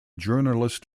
journalist